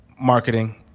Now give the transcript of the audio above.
Marketing